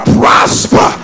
prosper